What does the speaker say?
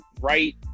right